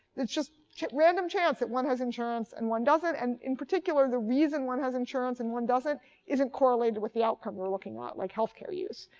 it's just random chance that one has insurance and one doesn't. and in particular, the reason one has insurance and one doesn't isn't correlated with the outcome we're looking at like health care use.